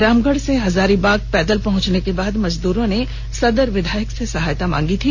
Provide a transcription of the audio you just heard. रामगढ़ से हजारीबाग पैदल पहुंचने के बाद मजदूरों ने सदर विधायक से सहायता मांगी थी